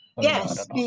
yes